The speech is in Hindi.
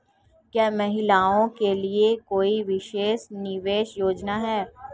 क्या महिलाओं के लिए कोई विशेष निवेश योजना है?